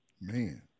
Man